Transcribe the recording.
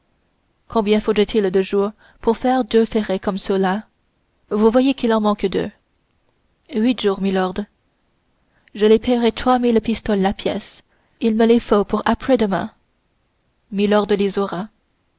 combien faudrait-il de jours pour faire deux ferrets comme ceux-là vous voyez qu'il en manque deux huit jours milord je les paierai trois mille pistoles la pièce il me les faut après-demain milord les